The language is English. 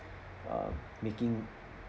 um making